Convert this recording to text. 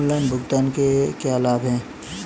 Online भुगतान के क्या लाभ हैं?